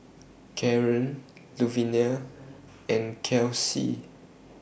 Kaaren Luvinia and Kelcie